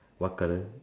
what colour